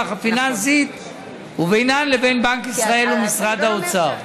הפיננסיות ובינן לבין בנק ישראל ומשרד האוצר.